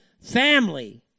family